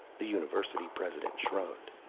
the university president shrugged.